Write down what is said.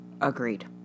Agreed